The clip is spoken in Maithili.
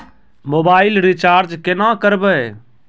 मोबाइल रिचार्ज केना करबै?